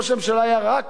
מתעסק בנו.